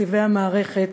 בתקציבי המערכת.